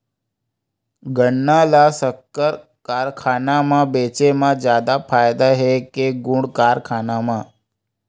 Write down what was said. गन्ना ल शक्कर कारखाना म बेचे म जादा फ़ायदा हे के गुण कारखाना म?